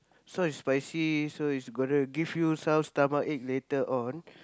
sauce is spicy so it's gonna give you some stomachache later on